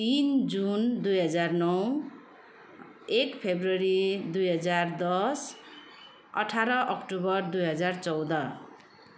तिन जुन दुई हजार नौ एक फेब्रुअरी दुई हजार दस अठार अक्टोबर दुई हजार चौध